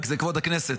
רק זה כבוד הכנסת.